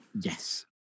Yes